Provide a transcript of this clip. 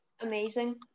amazing